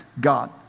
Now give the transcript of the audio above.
God